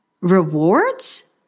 Rewards